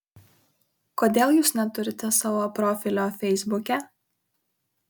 kodėl jūs neturite savo profilio feisbuke